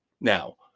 Now